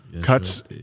Cuts